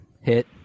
hit